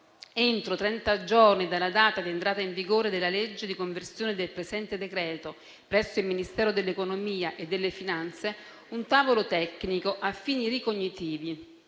trenta giorni dalla data di entrata in vigore della legge di conversione del presente decreto, presso il Ministero dell'economia e delle finanze un tavolo tecnico a fini ricognitivi,